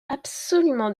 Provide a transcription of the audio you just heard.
absolument